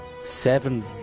seven